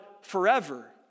forever